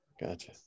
Gotcha